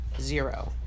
Zero